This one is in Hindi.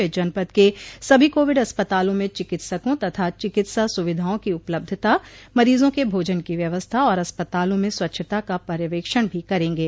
वे जनपद के सभी कोविड अस्पतालों में चिकित्सकों तथा चिकित्सा सुविधाओं की उपलब्धता मरीजों के भोजन की व्यवस्था और अस्पतालों में स्वच्छता का पर्यवेक्षण भो करेंगे